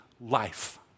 life